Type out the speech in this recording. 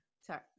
sorry